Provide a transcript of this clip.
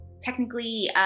technically